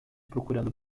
procurando